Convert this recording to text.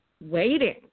waiting